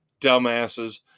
dumbasses